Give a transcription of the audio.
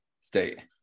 State